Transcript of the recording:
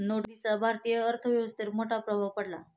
नोटबंदीचा भारतीय अर्थव्यवस्थेवर मोठा प्रभाव पडला